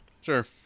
Sure